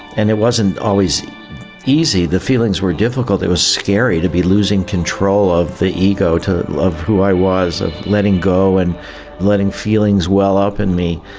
and it wasn't always easy, the feelings were difficult, it was scary to be losing control of the ego, of who i was, of letting go and letting feelings well up in me.